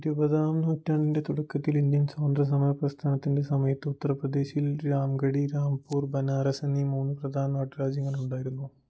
ഇരുപതാം നൂറ്റാണ്ടിന്റെ തുടക്കത്തിൽ ഇന്ത്യൻ സ്വാതന്ത്ര്യസമരപ്രസ്ഥാനത്തിന്റെ സമയത്ത് ഉത്തർപ്രദേശിൽ രാംഗഡി രാംപൂർ ബനാറസ് എന്നീ മൂന്ന് പ്രധാന നാട്ടുരാജ്യങ്ങൾ ഉണ്ടായിരുന്നു